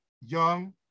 young